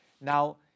now